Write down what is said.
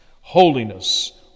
holiness